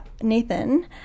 Nathan